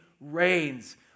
reigns